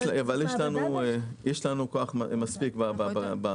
יש לנו מספיק כוח.